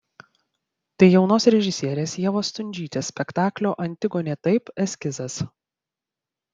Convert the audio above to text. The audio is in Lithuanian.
tai jaunos režisierės ievos stundžytės spektaklio antigonė taip eskizas